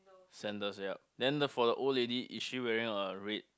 sandals yup then the for the old lady is she wearing a red